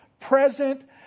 present